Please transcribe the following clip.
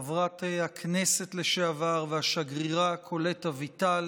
חברת הכנסת לשעבר והשגרירה קולט אביטל,